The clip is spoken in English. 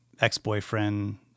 ex-boyfriend